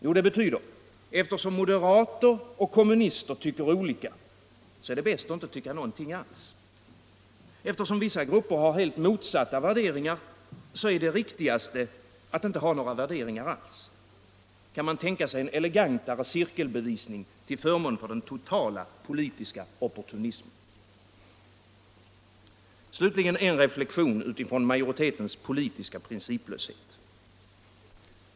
Jo det betyder: Eftersom moderater och kommunister tycker olika, så är det bäst att inte tycka något alls. Eftersom vissa grupper har motsatta värderingar, så är det riktigaste att inte ha några värderingar alls. Kan man tänka sig en elegantare cirkelbevisning till förmån för den totala politiska opportunismen? Slutligen en reflexion utifrån majoritetens politiska principlöshet.